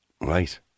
Right